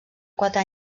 quatre